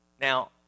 Now